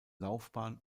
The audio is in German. laufbahn